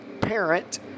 parent